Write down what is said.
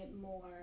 more